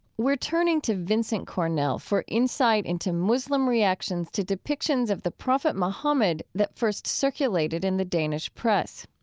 we're turning to vincent cornell for insight into muslim reactions to depictions of the prophet muhammad that first circulated in the danish press.